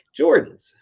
jordans